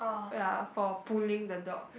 oh ya for pulling the dog